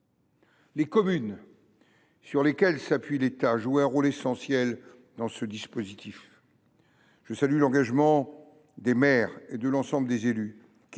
Les communes, sur lesquelles s’appuie l’État, jouent un rôle essentiel dans ce dispositif. Je salue l’engagement des maires et de l’ensemble des élus,